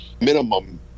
minimum